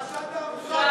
פרשת העמותות, לפרשת, בושה.